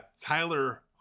Tyler